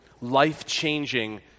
life-changing